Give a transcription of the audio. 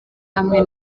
hamwe